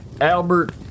Albert